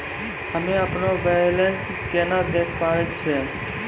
हम्मे अपनो बैलेंस केना देखे पारे छियै?